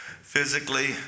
physically